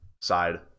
side